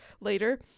later